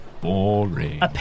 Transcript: Boring